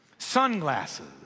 sunglasses